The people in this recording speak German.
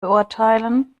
beurteilen